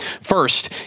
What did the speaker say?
First